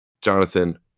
Jonathan